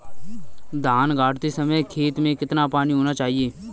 धान गाड़ते समय खेत में कितना पानी होना चाहिए?